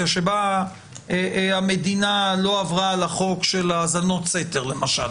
בה המדינה לא עברה על החוק של האזנות סתר למשל,